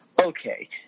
okay